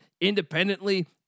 independently